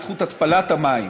בזכות התפלת המים,